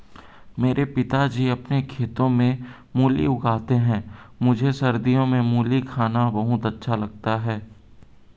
मेरे पिताजी अपने खेतों में मूली उगाते हैं मुझे सर्दियों में मूली खाना बहुत अच्छा लगता है